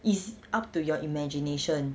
it's up to your imagination